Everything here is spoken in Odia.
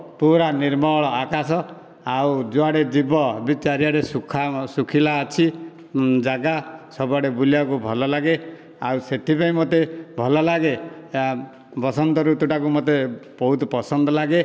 ପୂରା ନିର୍ମଳ ଆକାଶ ଆଉ ଯୁଆଡେ ଯିବ ବି ଚାରିଆଡେ ଶୁଖା ଶୁଖିଲା ଅଛି ଜାଗା ସବୁଆଡେ ବୁଲିବାକୁ ଭଲ ଲାଗେ ଆଉ ସେଥିପାଇଁ ମୋତେ ଭଲ ଲାଗେ ବସନ୍ତ ଋତୁ ଟାକୁ ମୋତେ ବହୁତ ପସନ୍ଦ ଲାଗେ